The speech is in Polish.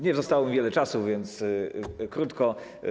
Nie zostało mi wiele czasu, więc krótko.